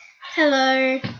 Hello